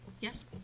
Yes